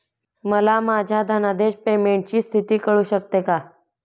मला माझ्या धनादेश पेमेंटची स्थिती कळू शकते का?